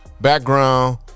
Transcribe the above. background